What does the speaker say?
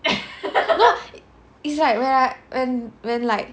no it's like when I when like